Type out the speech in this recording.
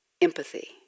empathy